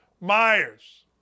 Myers